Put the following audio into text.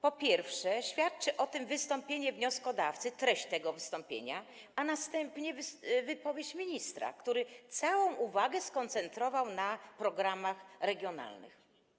Po pierwsze, świadczy o tym wystąpienie wnioskodawcy, treść tego wystąpienia, a następnie wypowiedź ministra, który całą uwagę skoncentrował na programach regionalnych.